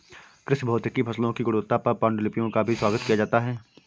कृषि भौतिकी फसलों की गुणवत्ता पर पाण्डुलिपियों का भी स्वागत किया जाता है